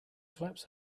flaps